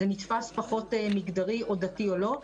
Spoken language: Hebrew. זה נתפס פחות מגדרי או דתי או לא,